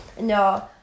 no